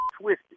twisted